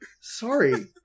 Sorry